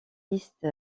liste